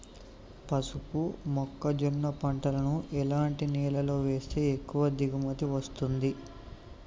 పసుపు మొక్క జొన్న పంటలను ఎలాంటి నేలలో వేస్తే ఎక్కువ దిగుమతి వస్తుంది?